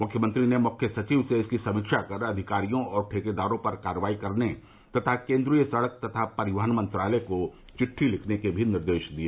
मुख्यमंत्री ने मुख्य सचिव से इसकी समीक्षा कर अधिकारियों और ठेकेदारों पर कार्रवाई करने तथा केंद्रीय सड़क एवं परिवहन मंत्रालय को चिट्ठी लिखने के निर्देश भी दिए